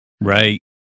Right